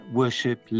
worship